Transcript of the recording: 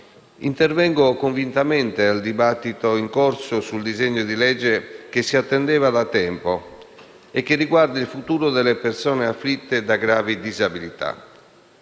intervengo convintamente nel dibattito in corso su un disegno di legge che si attendeva da tempo e che riguarda il futuro delle persone afflitte da gravi disabilità.